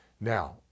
Now